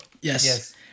Yes